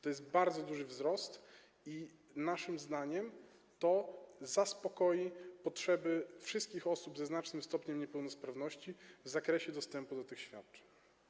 To jest bardzo duży wzrost i naszym zdaniem zaspokoi to potrzeby wszystkich osób ze znacznym stopniem niepełnosprawności w zakresie dostępu do tych świadczeń.